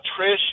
Trish